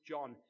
John